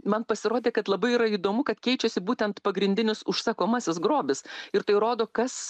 man pasirodė kad labai yra įdomu kad keičiasi būtent pagrindinis užsakomasis grobis ir tai rodo kas